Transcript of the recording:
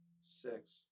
Six